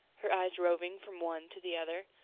her eyes roving from one to the other,